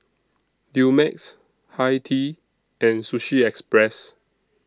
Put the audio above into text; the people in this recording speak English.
Dumex Hi Tea and Sushi Express